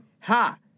Ha